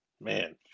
man